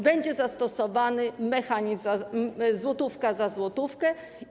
Będzie zastosowany mechanizm złotówka za złotówkę.